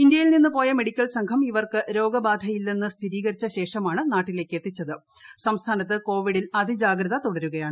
ഇന്ത്യയിൽ നിന്ന് പോയ മെഡിക്കൽ സംഘം ഇവർക്ക് രോഗബാധയില്ലെന്ന് സ്ഥിരീകരിച്ച ശേഷമാണ് ഇവരെ നാട്ടിലേക്ക് എത്തിച്ചത് സംസ്ഥാനത്ത് കോവിഡിൽ അതിജാഗ്രത തുടരുകയാണ്